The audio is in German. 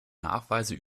nachweise